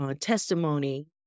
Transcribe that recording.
testimony